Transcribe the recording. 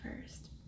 first